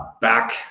back